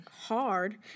hard